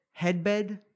Headbed